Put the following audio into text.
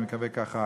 אני מקווה ככה,